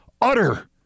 Utter